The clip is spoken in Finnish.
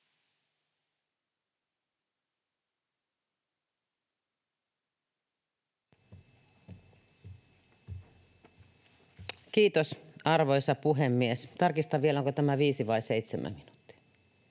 Kiitos, arvoisa puhemies! Tarkistan vielä, onko tämä viisi vai seitsemän minuuttia.